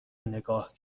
نگاه